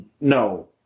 No